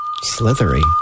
Slithery